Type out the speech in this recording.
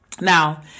Now